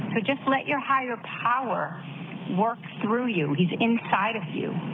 but just let your higher power work through you. he's inside of you.